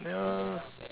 ya